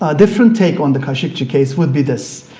ah different take on the khashoggi case could be this.